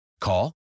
Call